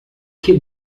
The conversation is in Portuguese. que